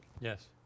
yes